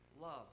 love